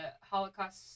Holocaust